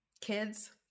kids